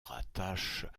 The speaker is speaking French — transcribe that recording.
rattachent